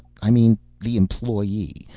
i mean the employee.